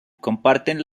comparten